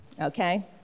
Okay